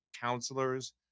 counselors